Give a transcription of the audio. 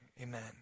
Amen